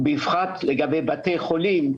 ולגבי בתי חולים בפרט,